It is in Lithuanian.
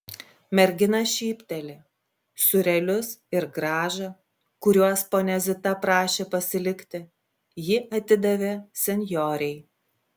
mergina šypteli sūrelius ir grąžą kuriuos ponia zita prašė pasilikti ji atidavė senjorei